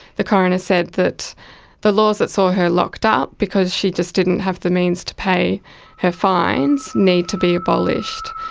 the coroner said that the laws that saw her locked up because she just didn't have the means to pay her fines need to be abolished.